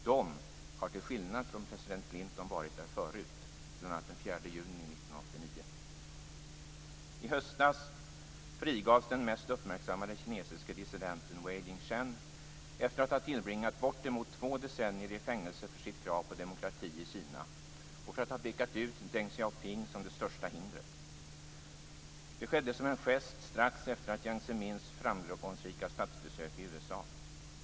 De har till skillnad från president Clinton varit där förut, bl.a. den 4 juni 1989. I höstas frigavs den mest uppmärksammade kinesiske dissidenten Wei Jing-shen efter att ha tillbringat bortemot två decennier i fängelse för sitt krav på demokrati i Kina och för att ha pekat ut Deng Hsiaoping som det största hindret. Det skedde som en gest strax efter Jiang Zemins framgångsrika statsbesök i USA.